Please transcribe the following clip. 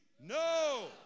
No